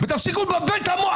תפסיקו לבלבל את המוח.